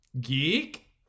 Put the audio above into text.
geek